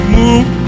move